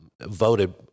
voted